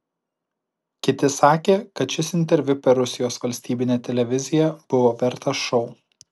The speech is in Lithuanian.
kiti sakė kad šis interviu per rusijos valstybinę televiziją buvo vertas šou